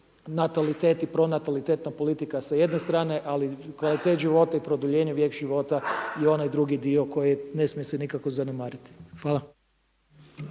natalitetna i pronatalitetna politika sa jedne strane, ali kvaliteta života i produljenje vijeka života je onaj drugi dio koji se ne smije nikako zanemariti. Hvala.